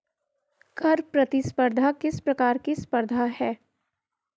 कर प्रतिस्पर्धा किस प्रकार की स्पर्धा है?